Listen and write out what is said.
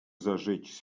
зажечь